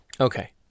Okay